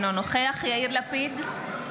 אינו נוכח יאיר לפיד,